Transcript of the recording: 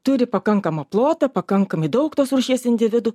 turi pakankamą plotą pakankamai daug tos rūšies individų